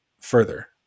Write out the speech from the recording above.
further